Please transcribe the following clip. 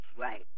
Right